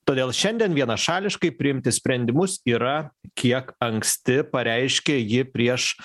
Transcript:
todėl šiandien vienašališkai priimti sprendimus yra kiek anksti pareiškė ji prieš